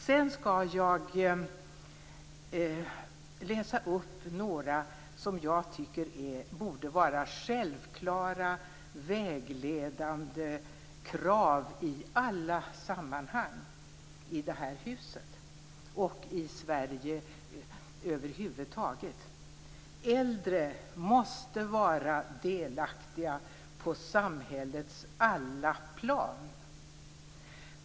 Sedan skall jag läsa upp några som jag tycker borde vara självklara vägledande krav i alla sammanhang i det här huset och i Sverige över huvud taget. Äldre måste vara delaktiga på samhällets alla plan.